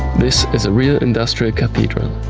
this is a real industrial cathedral.